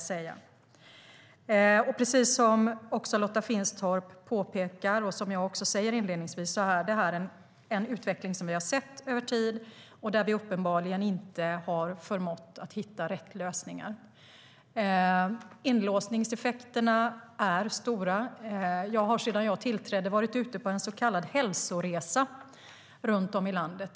Precis om Lotta Finstorp påpekar och som jag också sa inledningsvis är detta en utveckling som vi har sett över tid och där vi uppenbart inte har förmått att hitta rätt lösningar. Inlåsningseffekterna är stora. Jag har sedan jag tillträdde varit ute på en så kallad hälsoresa runt om i landet.